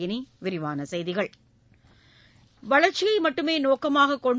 இனி விரிவான செய்திகள் வளர்ச்சியை மட்டுமே நோக்கமாக கொண்டு